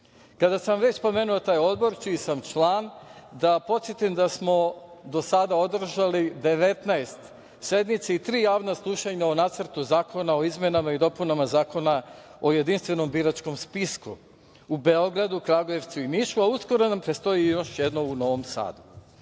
sam već pomenuo taj odbor, čiji sam član, da podsetim da smo do sada održali 19 sednica i tri javna slušanja o Nacrtu zakona o izmenama i dopunama Zakona o jedinstvenom biračkom spisku, u Beogradu, Kragujevcu i Nišu, a uskoro nam predstoji još jedno u Novom Sadu. Na